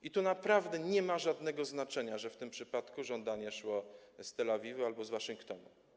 I tu naprawdę nie ma żadnego znaczenia to, że w tym przypadku żądanie szło z Tel Awiwu albo z Waszyngtonu.